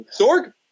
Sorg